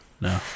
No